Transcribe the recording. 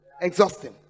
exhausting